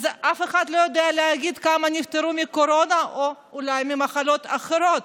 אף אחד לא יודע להגיד כמה נפטרו מקורונה או אולי ממחלות אחרות.